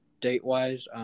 date-wise